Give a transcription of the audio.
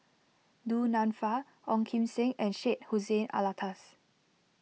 Du Nanfa Ong Kim Seng and Syed Hussein Alatas